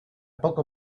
poco